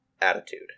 attitude